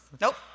Nope